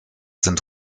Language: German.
sind